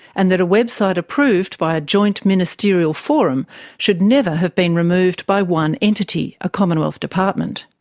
and that a website approved by a joint ministerial forum should never have been removed by one entity, a commonwealth department.